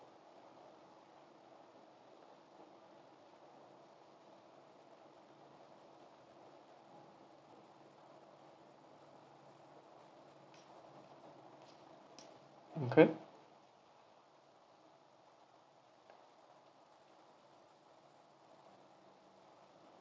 okay